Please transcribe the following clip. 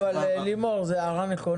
לימור, זו הערה נכונה.